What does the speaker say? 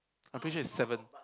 I'm pretty sure is seven